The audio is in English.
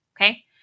Okay